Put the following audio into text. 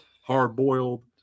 hard-boiled